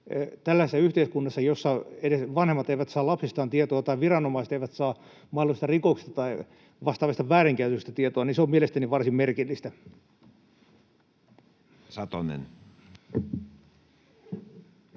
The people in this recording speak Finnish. Tällaisessa yhteiskunnassa, jossa edes vanhemmat eivät saa lapsistaan tietoa tai viranomaiset eivät saa mahdollisista rikoksista tai vastaavista väärinkäytöksistä tietoa, se on mielestäni varsin merkillistä. [Speech